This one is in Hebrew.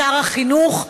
שר החינוך,